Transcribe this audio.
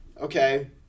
Okay